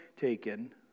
taken